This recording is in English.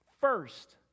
first